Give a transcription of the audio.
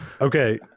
okay